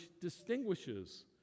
distinguishes